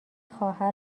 خواهر